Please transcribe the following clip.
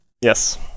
Yes